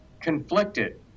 conflicted